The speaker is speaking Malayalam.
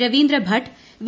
രവീന്ദ്ര ഭട്ട് വി